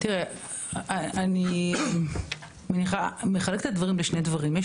אני אחלק את הדברים לשני היבטים.